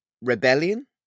rebellion